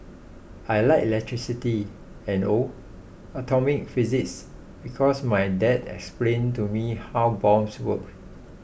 I like electricity and oh atomic physics because my dad explained to me how bombs work